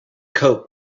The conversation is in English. coat